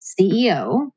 CEO